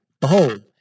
Behold